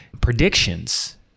predictions